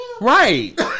right